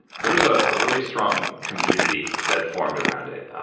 there's a ah really strong community that formed around it